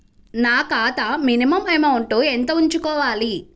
నా ఖాతా minimum amount ఎంత ఉంచుకోవాలి?